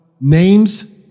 Names